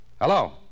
Hello